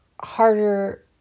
harder